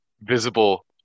visible